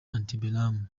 antebellum